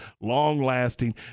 long-lasting